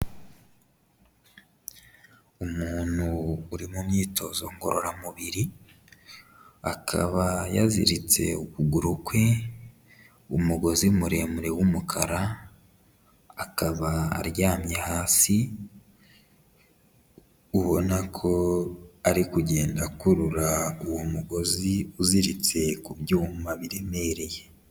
Umuntu uri mu myitozo ngororamubiri, akaba yaziritse ukuguru kwe umugozi muremure w'umukara, akaba aryamye hasi, ubona ko ari kugenda akurura uwo mugozi uziritse ku byuma biremereye.